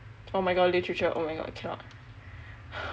oh my god literature oh my god I cannot